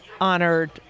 honored